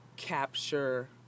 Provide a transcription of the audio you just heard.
capture